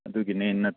ꯑꯗꯨꯒꯤꯅꯦꯅ